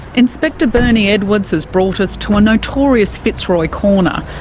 inspector bernie edwards has brought us to a notorious fitzroy corner,